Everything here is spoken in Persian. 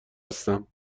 هستم